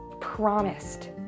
promised